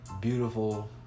beautiful